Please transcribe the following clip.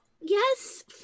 Yes